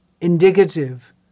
Indicative